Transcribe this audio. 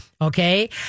Okay